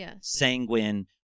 sanguine